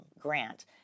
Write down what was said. grant